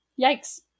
Yikes